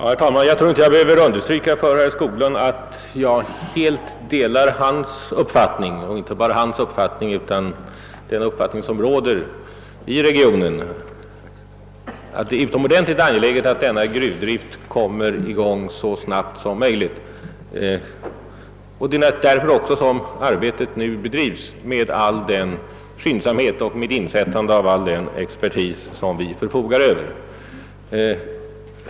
Herr talman! Jag tror inte att jag behöver understryka för herr Skoglund att jag helt delar hans uppfattning — och inte bara hans uppfattning, utan den uppfattning som råder i hela regionen — att det är utomordentligt angeläget att denna gruvdrift kommer i gång så snabbt som möjligt. Det är också därför som arbetet nu bedrivs med all den skyndsamhet som är möjlig och med insättande av all den expertis vi förfogar Över.